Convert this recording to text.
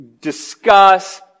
discuss